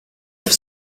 have